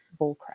bullcrap